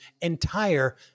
entire